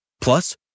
Plus